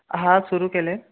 हां सुरू केलं आहे